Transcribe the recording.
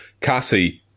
Cassie